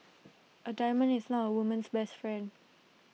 A diamond is not A woman's best friend